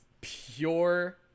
Pure